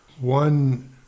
one